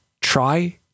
try